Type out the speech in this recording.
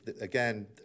again